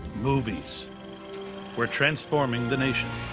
movies were transforming the nation.